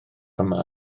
yma